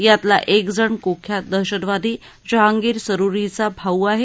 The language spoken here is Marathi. यातला एक जण कुख्यात दहशतवादी जहांगीर सरुरीचा भाऊ आहे